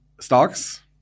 stocks